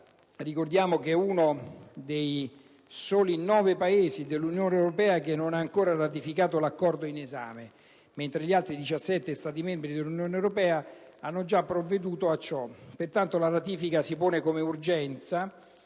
Ricordiamo che l'Italia è uno dei nove Paesi dell'Unione europea a non avere ancora ratificato l'Accordo in esame, mentre gli altri 17 Stati membri dell'Unione europea hanno già provveduto a ciò. Pertanto, la ratifica si pone come urgenza